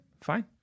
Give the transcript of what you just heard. Fine